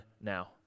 now